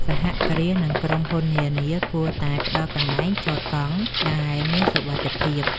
សហគ្រាស និងក្រុមហ៊ុននានាគួរតែផ្ដល់កន្លែងចតកង់ដែលមានសុវត្ថិភាព។